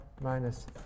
minus